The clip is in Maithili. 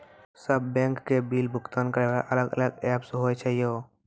सब बैंक के बिल भुगतान करे वाला अलग अलग ऐप्स होय छै यो?